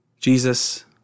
Jesus